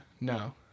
no